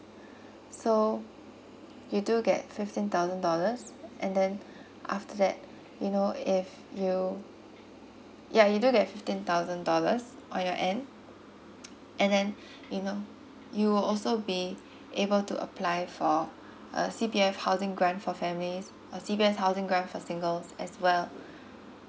so you do get fifteen thousand dollars and then after that you know if you ya you do get fifteen thousand dollars on your end and then you know you will also be able to apply for a C_P_F housing grant for family or C_P_F housing grant for single as well